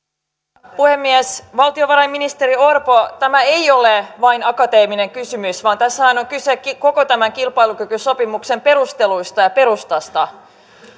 arvoisa puhemies valtiovarainministeri orpo tämä ei ole vain akateeminen kysymys vaan tässähän on kyse koko tämän kilpailukykysopimuksen perusteluista ja perustasta